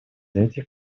этих